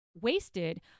wasted